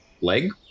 Leg